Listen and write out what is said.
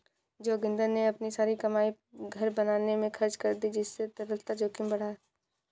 जोगिंदर ने अपनी सारी कमाई घर बनाने में खर्च कर दी जिससे तरलता जोखिम बढ़ा